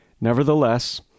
Nevertheless